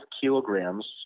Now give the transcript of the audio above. kilograms